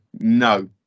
No